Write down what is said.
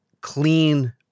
clean